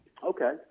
Okay